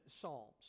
psalms